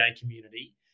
community